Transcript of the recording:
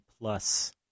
plus